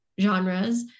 genres